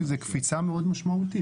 כי זו קפיצה מאוד משמעותית.